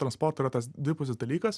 transportu yra tas dvipusis dalykas